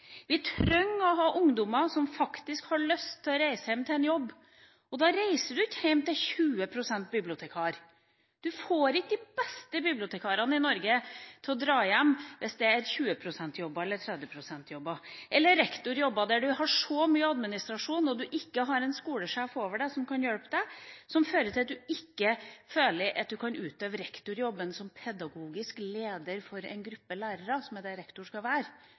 Vi trenger ungdommer som har lyst til å reise hjem til en jobb. Og man reiser ikke hjem til en 20 pst.-jobb som bibliotekar. Man får ikke de beste bibliotekarene i Norge til å dra hjem hvis det er 20 pst.- eller 30 pst.-jobber, eller hvis det er rektorjobber der man har mye administrasjon og ikke har en skolesjef over seg som kan hjelpe en, noe som fører til at man ikke føler at man kan utøve rektorjobben som pedagogisk leder for en gruppe lærere, som er det en rektor skal være